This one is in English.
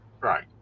Right